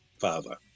father